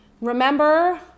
Remember